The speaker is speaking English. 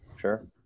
sure